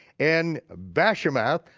and bashemath,